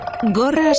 gorras